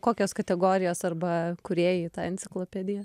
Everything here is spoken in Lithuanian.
kokios kategorijos arba kūrėjai į tą enciklopediją